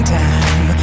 time